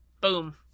boom